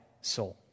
soul